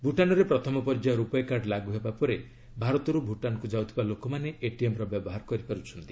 ଭୁଟାନ୍ରେ ପ୍ରଥମ ପର୍ଯ୍ୟାୟ ରୂପୟେ କାର୍ଡ଼ ଲାଗୁ ହେବା ପରେ ଭାରତରୁ ଭୁଟାନ୍କୁ ଯାଉଥିବା ଲୋକମାନେ ଏଟିଏମ୍ର ବ୍ୟବହାର କରିପାରୁଛନ୍ତି